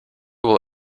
will